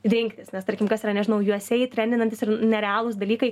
rinktis nes tarkim kas yra nežinau jū es ei trendinantys ir nerealūs dalykai